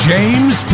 James